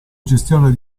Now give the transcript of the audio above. gestione